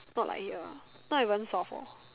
not like here lah not even sell for